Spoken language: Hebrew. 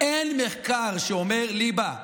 אין מחקר שאומר: ליבה,